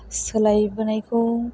सोलायबोनायखौ